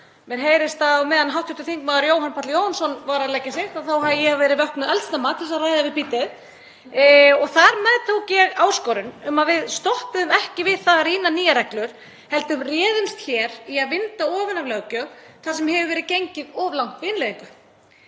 Mér heyrist að á meðan hv. þm. Jóhann Páll Jóhannsson var að leggja sig hafi ég verið vöknuð eldsnemma til að ræða við Bítið. Þar meðtók ég áskorun um að við stoppuðum ekki við það að rýna nýjar reglur heldur réðumst hér í að vinda ofan af löggjöf þar sem hefur verið gengið of langt við innleiðingu.